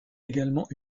également